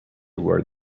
where